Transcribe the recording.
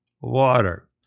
water